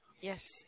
Yes